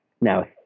now